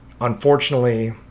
Unfortunately